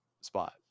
spot